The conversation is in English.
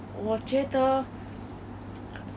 他也是有 his baby side